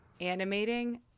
animating